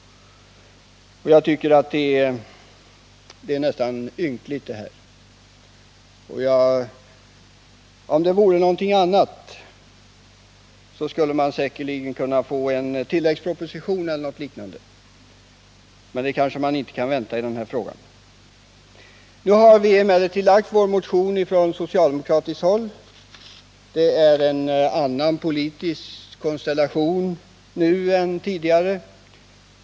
Jag tycker detta är ynkligt. Om det vore för något annat ändamål skulle man säkerligen kunna få en tilläggsproposition eller någonting liknande, men det kanske man inte kan vänta sig i den här frågan. Nu har vi emellertid från socialdemokratiskt håll lagt vår motion. Det är en annan politisk konstellation nu än förra gången.